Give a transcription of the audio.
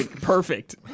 perfect